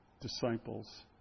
disciples